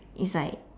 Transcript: is like